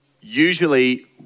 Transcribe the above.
usually